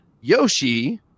Yoshi